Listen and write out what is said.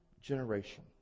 generation